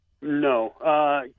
no